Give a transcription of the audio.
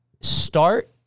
start